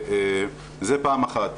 זה פעם אחת.